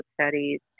Studies